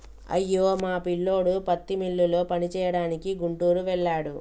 అయ్యో మా పిల్లోడు పత్తి మిల్లులో పనిచేయడానికి గుంటూరు వెళ్ళాడు